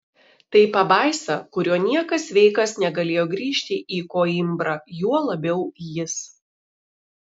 tai pabaisa kuriuo niekas sveikas negalėjo grįžti į koimbrą juo labiau jis